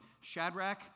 Shadrach